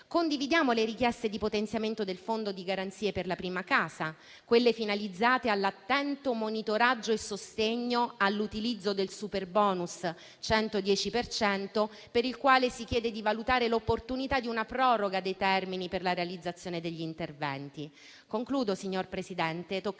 Condividiamo le richieste di potenziamento del Fondo di garanzia per la prima casa, quelle finalizzate all'attento monitoraggio e sostegno all'utilizzo del superbonus 110 per cento, per il quale si chiede di valutare l'opportunità di una proroga dei termini per la realizzazione degli interventi.